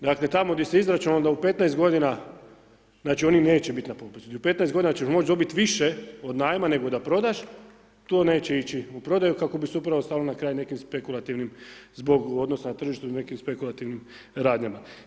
Dakle tamo gdje se izračun onda u 15 godina, znači oni neće biti na popisu, gdje u 15 godina ćeš moći dobiti više od najma nego da prodaš, to neće biti u prodaju kako bi se upravo stalo na kraj nekim spekulativnim, zbog odnosa na tržištu ili nekim spekulativnim radnjama.